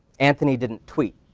anthony didn't tweet,